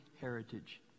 heritage